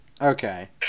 Okay